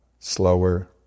Slower